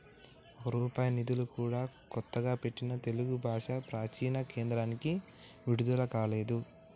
ఒక్క రూపాయి నిధులు కూడా కొత్తగా పెట్టిన తెలుగు భాషా ప్రాచీన కేంద్రానికి విడుదల కాలేదు